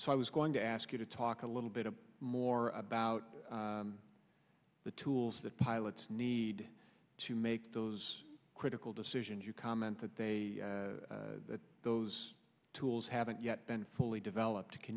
so i was going to ask you to talk a little bit more about the tools that pilots need to make those critical decisions you comment that they that those tools haven't yet been fully developed can